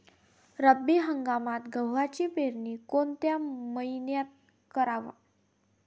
रब्बी हंगामात गव्हाची पेरनी कोनत्या मईन्यात कराव?